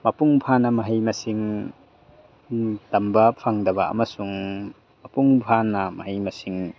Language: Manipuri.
ꯃꯄꯨꯡ ꯐꯥꯅ ꯃꯍꯩ ꯃꯁꯤꯡ ꯇꯝꯕ ꯐꯪꯗꯕ ꯑꯃꯁꯨꯡ ꯃꯄꯨꯡ ꯐꯥꯅ ꯃꯍꯩ ꯃꯁꯤꯡ